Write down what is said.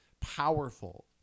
powerful